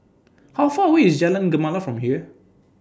How Far away IS Jalan Gemala from here